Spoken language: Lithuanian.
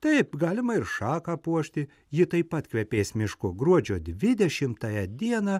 taip galima ir šaką puošti ji taip pat kvepės mišku gruodžio dvidešimtąją dieną